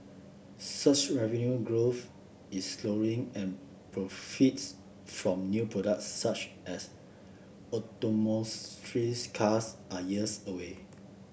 search revenue growth is slowing and profits from new products such as autonomous trees cars are years away